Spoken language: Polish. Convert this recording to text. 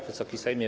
Wysoki Sejmie!